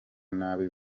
nabi